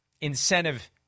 incentive